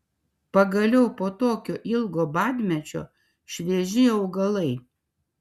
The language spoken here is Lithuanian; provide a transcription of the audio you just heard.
pagaliau po tokio ilgo badmečio švieži augalai